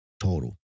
Total